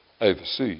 overseas